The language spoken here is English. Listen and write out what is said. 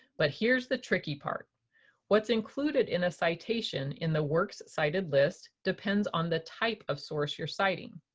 but here's the tricky part what's included in a citation in the works cited list depends on the type of source you're citing.